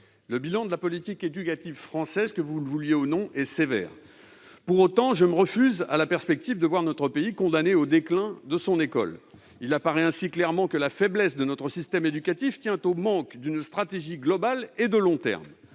le bilan de la politique éducative française est sévère. Pourtant, je me refuse à la perspective de voir notre pays condamné au déclin de son école. Il apparaît ainsi clairement que la faiblesse de notre système éducatif tient au manque d'une stratégie globale et de long terme.